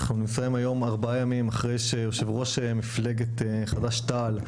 אנחנו נמצאים היום ארבעה ימים אחרי שיושב ראש מפלגת חד"ש תע"ל,